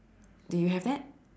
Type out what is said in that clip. do you have that